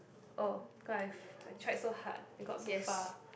oh how come I've I tried so hard and got so far